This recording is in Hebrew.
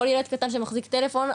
כל ילד קטן שמחזיק טלפון,